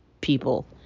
people